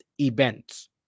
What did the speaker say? Events